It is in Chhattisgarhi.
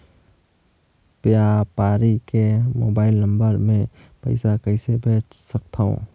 व्यापारी के मोबाइल नंबर मे पईसा कइसे भेज सकथव?